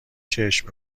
چشم